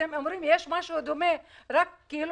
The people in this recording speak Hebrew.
אתם אומרים לי שיש משהו דומה רק לחרדיות.